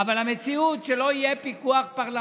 אבל המציאות היא שלא יהיה פיקוח פרלמנטרי,